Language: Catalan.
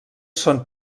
són